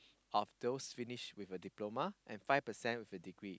of those finish with a diploma and five percent with a degree